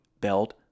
belt